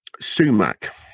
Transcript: sumac